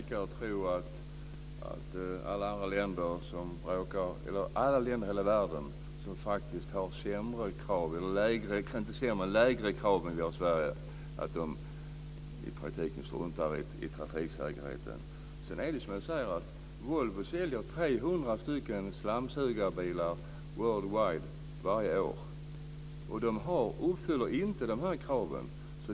Fru talman! Jag vägrar tro att alla länder i hela världen, som har lägre krav än vi i Sverige, i praktiken struntar i trafiksäkerheten. Volvo säljer 300 slamsugarbilar worldwide varje år. De uppfyller inte kraven.